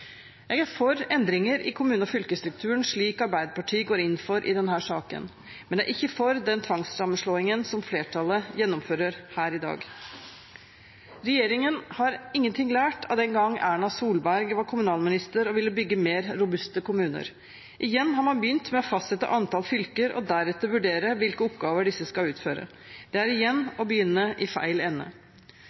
Jeg er for endringer i kommune- og fylkesstrukturen, slik Arbeiderpartiet går inn for i denne saken, men jeg er ikke for den tvangssammenslåingen som flertallet gjennomfører her i dag. Regjeringen har ingenting lært av den gang Erna Solberg var kommunalminister og ville bygge mer robuste kommuner. Igjen har man begynt med å fastsette antall fylker og deretter vurdere hvilke oppgaver disse skal utføre. Det er igjen å begynne i feil ende.